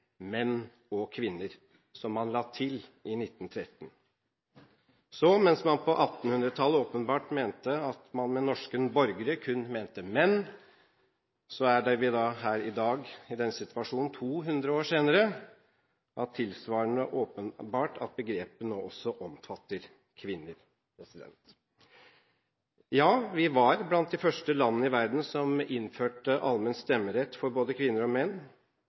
og kvinner», som man la til i 1913. Så mens man på 1800-tallet åpenbart mente at man med norske borgere kun mente menn, er vi her i dag i den situasjonen, 200 år senere, at det er tilsvarende åpenbart at begrepet nå også omfatter kvinner. Vi var blant de første land i verden som innførte allmenn stemmerett for både kvinner og menn.